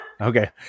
Okay